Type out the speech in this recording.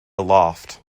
aloft